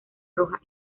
roja